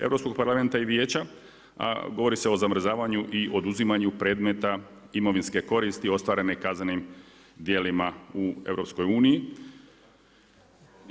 Europskog parlamenta i Vijeća, a govori se o zamrzavanju i oduzimanju predmeta imovinske koristi ostvarene kaznenim djelima u EU-u.